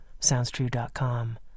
SoundsTrue.com